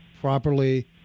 properly